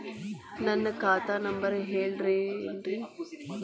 ನನ್ನ ಖಾತಾ ನಂಬರ್ ಹೇಳ್ತಿರೇನ್ರಿ?